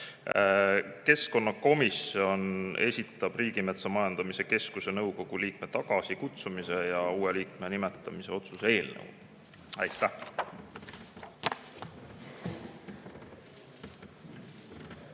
Keskkonnakomisjon esitab Riigimetsa Majandamise Keskuse nõukogu liikme tagasikutsumise ja uue liikme nimetamise otsuse eelnõu. Aitäh!